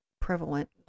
prevalent